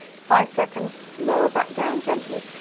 five seconds, lower back down gently.